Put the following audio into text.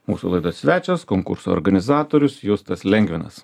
mūsų laidos svečias konkurso organizatorius justas lengvinas